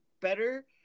better